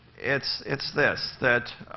it's it's this. that